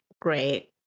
great